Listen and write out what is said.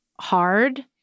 hard